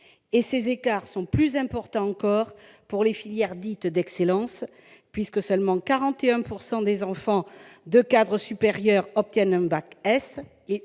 Ces écarts sont plus importants encore pour les filières dites « d'excellence »: quelque 41 % des enfants de cadres supérieurs obtiennent un bac S,